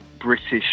British